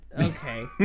Okay